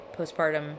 postpartum